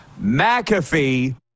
McAfee